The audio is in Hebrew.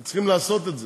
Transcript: אנחנו צריכים לעשות את זה,